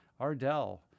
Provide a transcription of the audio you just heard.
Ardell